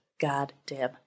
goddamn